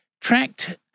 tracked